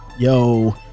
Yo